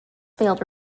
failed